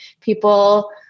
people